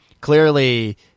clearly